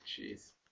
Jeez